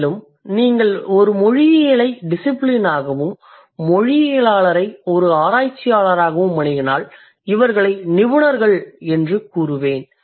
மேலும் நீங்கள் மொழியியலை ஒரு டிசிபிலினாகவும் மொழியியலாளரை ஒரு ஆராய்ச்சியாளராகவும் அணுகினால் இவர்களை நிபுணர்கள் என்று கூறுவேன்